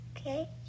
Okay